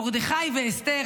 מרדכי ואסתר,